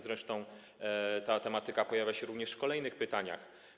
Zresztą ta tematyka pojawia się również w kolejnych pytaniach.